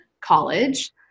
college